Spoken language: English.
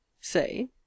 say